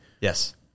Yes